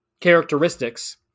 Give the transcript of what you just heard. characteristics